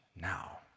now